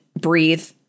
breathe